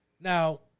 now